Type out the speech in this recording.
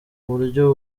buryo